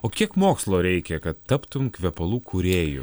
o kiek mokslo reikia kad taptum kvepalų kūrėju